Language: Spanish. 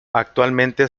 actualmente